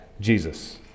Jesus